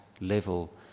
level